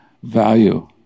value